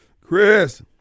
Chris